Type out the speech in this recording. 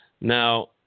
Now